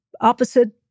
opposite